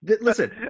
Listen